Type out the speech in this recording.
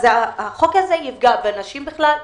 החוק הזה יפגע בנשים בכלל,